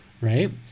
right